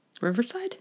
Riverside